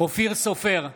אופיר סופר,